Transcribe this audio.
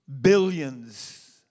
billions